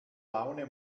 laune